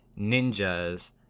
ninjas